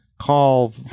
Call